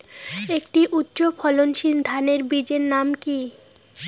একটি উচ্চ ফলনশীল ধানের বীজের নাম কী?